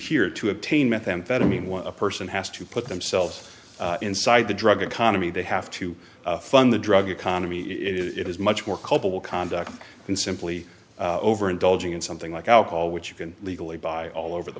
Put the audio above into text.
to hear to obtain methamphetamine what a person has to put themselves inside the drug economy they have to fund the drug economy it is much more culpable conduct and simply over indulging in something like alcohol which you can legally buy all over the